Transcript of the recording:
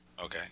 Okay